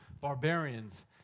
barbarians